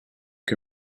can